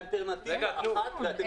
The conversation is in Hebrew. איזון.